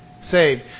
saved